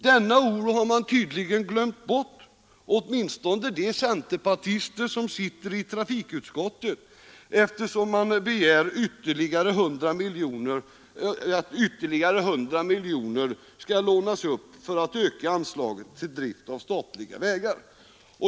Denna oro har man tydligen nu glömt bort — åtminstone de centerpartister som sitter i trafikutskottet — eftersom man begär att ytterligare 100 miljoner kronor skall lånas upp för att öka anslaget till drift av statliga vägar.